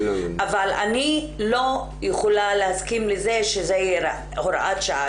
אבל אני לא יכולה להסכים לזה שזאת תהיה הוראת שעה.